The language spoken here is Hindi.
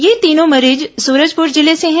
ये तीनों मरीज सुरजपुर जिले से हैं